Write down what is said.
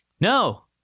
No